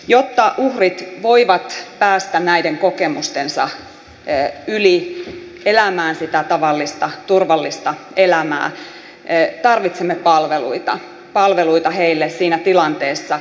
jotta uhrit voivat päästä näiden kokemustensa yli elämään sitä tavallista turvallista elämää tarvitsemme palveluita palveluita heille siinä tilanteessa